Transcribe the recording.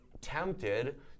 tempted